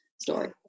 story